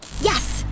Yes